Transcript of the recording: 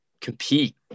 compete